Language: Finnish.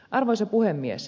arvoisa puhemies